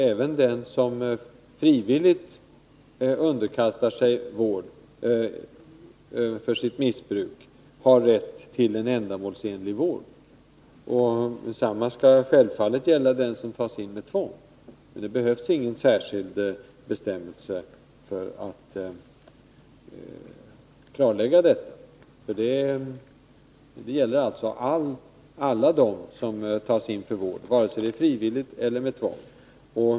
Även den som frivilligt underkastar sig vård för sitt missbruk har rätt till ändamålsenlig vård. Detsamma skall självfallet gälla den som tas in med 139 tvång. Det behövs ingen särskild bestämmelse för att klarlägga detta. Det gäller alla som tas in för vård, vare sig det sker frivilligt eller med tvång.